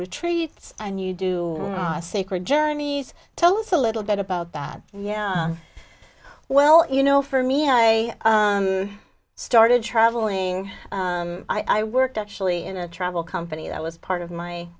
retreats and you do sacred journeys tell us a little bit about that yeah well you know for me i started traveling i worked actually in a travel company that was part of my